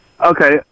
Okay